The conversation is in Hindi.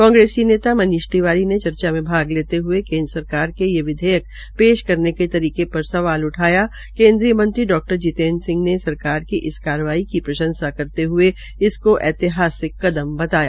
कांग्री नेता मनीष तिवारी ने चर्चा में भाग लेते हये केन्द्र सरकार के ये विधेयक पेश करने के तरीके पर सवाल उठाया केन्द्रय मंत्री डा जीतेन्द्र सिंह ने सरकार की इस कार्रवाई की प्रंशसा करते हये इसको ऐतिहासिक कदम बताया